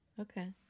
Okay